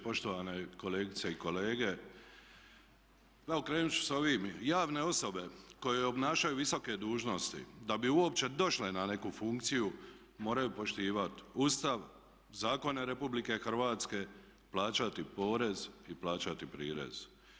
Poštovane kolegice i kolege, pa evo krenut ću sa ovim javne osobe koje obnašaju visoke dužnosti da bi uopće došle na neku funkciju moraju poštivati Ustav, zakone RH, plaćati porez i plaćati prirez.